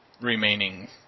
remaining